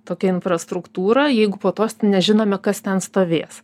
tokią infrastruktūrą jeigu po tos nežinome kas ten stovės